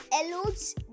eludes